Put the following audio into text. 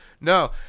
No